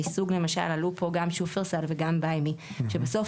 כמו של שופרסל או BuyMe שעלו פה,